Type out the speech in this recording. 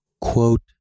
Quote